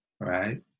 right